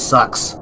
Sucks